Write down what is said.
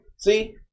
See